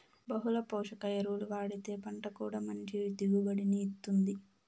బహుళ పోషక ఎరువులు వాడితే పంట కూడా మంచి దిగుబడిని ఇత్తుంది